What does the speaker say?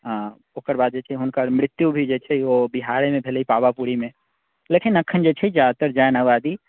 आ ओकर बाद जे छै हुनकर मृत्यु भी जे छै ओ बिहारेमे भेलै पावापुरीमे लेकिन अखन जे छै जादातर जैन आबादी